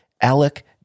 Alec